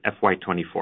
FY24